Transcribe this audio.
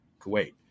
Kuwait